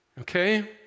Okay